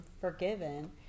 forgiven